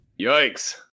Yikes